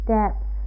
depth